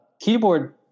keyboard